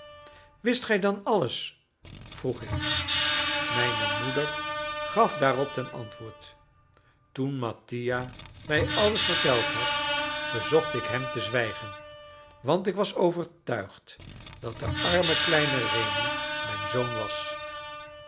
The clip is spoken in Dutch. wist gij dan alles vroeg ik mijne moeder gaf daarop ten antwoord toen mattia mij alles verteld had verzocht ik hem te zwijgen want ik was overtuigd dat de arme kleine rémi mijn zoon was